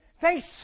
Thanks